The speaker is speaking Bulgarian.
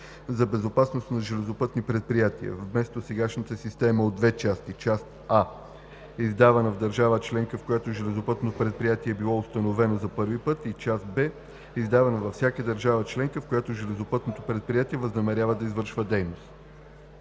за безопасност на железопътни предприятия, вместо сегашната система от две части – част А, издавана в държавата членка, в която железопътното предприятие е било установено за първи път, и част Б, издавана във всяка държава членка, в която железопътното предприятие възнамерява да извършва дейност.